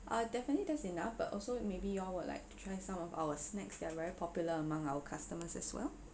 uh definitely that's enough but also maybe you all would like to try some of our snacks that are very popular among our customers as well